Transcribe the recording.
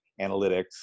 analytics